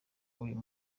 uyu